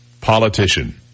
politician